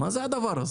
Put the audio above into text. מה זה הדבר הזה?